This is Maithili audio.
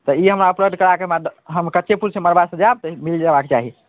तऽ ई हमरा उपलब्ध कराके हमरा हम कच्चे फूलसे मड़बा सजाएब तऽ ई मिलि जएबाक चाही